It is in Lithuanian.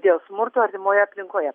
dėl smurto artimoje aplinkoje